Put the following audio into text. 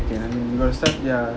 can can can I mean we will start ya